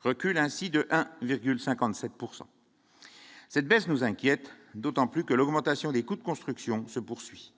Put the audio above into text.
recule ainsi de 1,57 pourcent cette baisse nous inquiète d'autant plus que l'augmentation des coûts de construction se poursuit